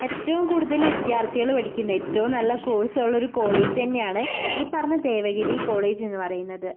ഏറ്റവും കൂടുതൽ വിദ്യാർത്ഥികൾ പഠിക്കുന്ന ഏറ്റവും നല്ല കോഴ്സുള്ള ഒരു കോളേജ് തന്നെയാണ് ഈ പറഞ്ഞ ദേവഗിരി കോളേജ് എന്ന് പറയുന്നത്